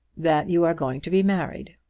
that you are going to be married.